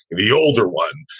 the older one,